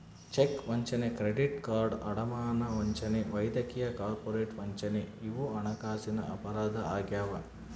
check ವಂಚನೆ credit card ಅಡಮಾನ ವಂಚನೆ ವೈದ್ಯಕೀಯ ಕಾರ್ಪೊರೇಟ್ ವಂಚನೆ ಇವು ಹಣಕಾಸಿನ ಅಪರಾಧ ಆಗ್ಯಾವ